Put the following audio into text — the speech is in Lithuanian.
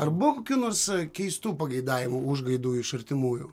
ar buvo kokių nors keistų pageidavimų užgaidų iš artimųjų